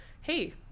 hey